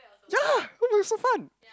ya it was so fun